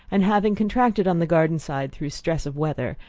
and, having contracted on the garden side through stress of weather,